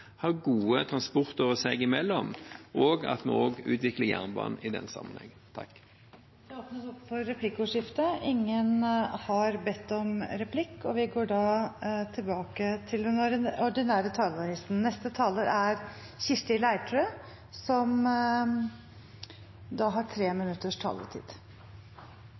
har gode transportårer seg imellom, og at vi også utvikler jernbanen i denne sammenheng. Det åpnes for replikkordskifte. – Ingen har bedt om replikk, og vi går da tilbake til den ordinære talerlisten. De talerne som heretter får ordet, har en taletid